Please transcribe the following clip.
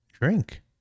Drink